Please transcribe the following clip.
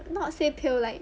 not say pale like